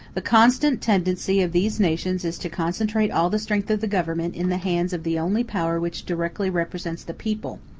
the constant tendency of these nations is to concentrate all the strength of the government in the hands of the only power which directly represents the people,